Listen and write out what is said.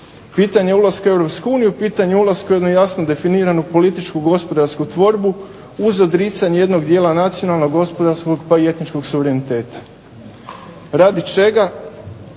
Pitanje ulaska u Europsku uniju, pitanje je ulaska u jednu jasno definiranu političko gospodarsku tvorbu uz odricanje jednog dijela nacionalnog, gospodarskog pa i etničkog suvereniteta, radi čega?